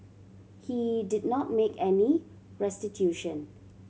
he did not make any restitution